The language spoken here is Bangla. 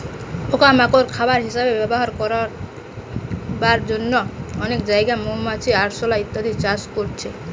পোকা মাকড় খাবার হিসাবে ব্যবহার করবার জন্যে অনেক জাগায় মৌমাছি, আরশোলা ইত্যাদি চাষ করছে